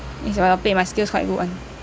it's about the plate my skills quite good [one]